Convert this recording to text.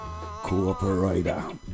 cooperator